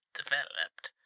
developed